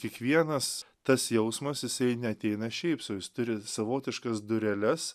kikvienas tas jausmas jisai neateina šiaip sau jis turi savotiškas dureles